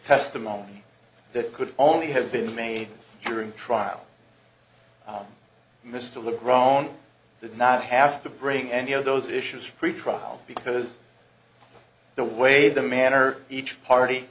testimony that could only have been made during trial mr were growing did not have to bring any of those issues pretrial because the way the manner each party